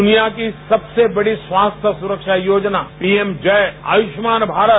दुनिया को सबसे बड़ी स्वास्थ्य सुरक्षा योजना पीएम आयुष्मान भारत